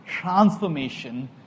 transformation